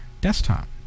desktop